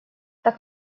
так